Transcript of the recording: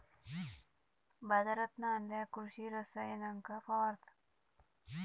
बाजारांतना आणल्यार कृषि रसायनांका फवारतत